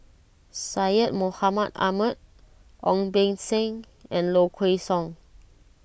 Syed Mohamed Ahmed Ong Beng Seng and Low Kway Song